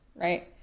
right